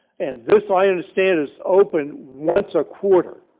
and this i understand is open once a quarter.